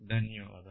ధన్యవాదాలు